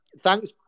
thanks